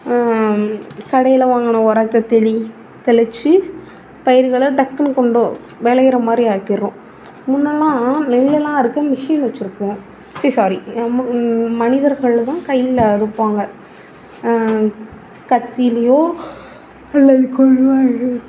கடையில் வாங்கின உரத்த தெளி தெளித்து பயிர்களை டக்குனு கொண்டு விளையற மாதிரி ஆக்கிடுறோம் முன்னெல்லாம் நெல்லெலாம் அறுக்க மிஷின் வச்சுருப்போம் சி ஸாரி மனிதர்கள் தான் கையில் அறுப்பாங்க கத்திலேயோ அல்லது கொடுவாள்யோ